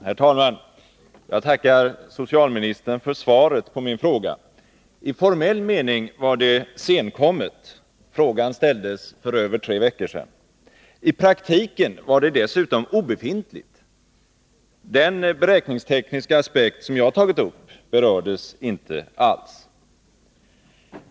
Herr talman! Jag tackar socialministern för svaret på min fråga. I formell mening var det senkommet — frågan ställdes för över tre veckor sedan. I praktiken var det dessutom obefintligt — den beräkningstekniska aspekt som jag har tagit upp berördes inte alls.